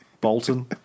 Bolton